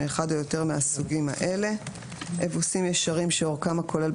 מאחד או יותר מהסוגים האלה: אבוסים ישרים שאורכם הכולל,